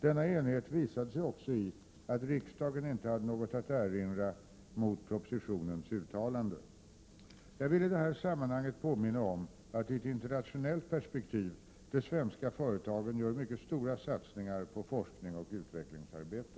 Denna enighet visade sig också i att riksdagen inte hade något att erinra mot propositionens uttalande. Jag vill i det här sammanhanget påminna om att, i ett internationellt perspektiv, de svenska företagen gör mycket stora satsningar på forskning och utvecklingsarbete.